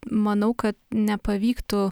manau kad nepavyktų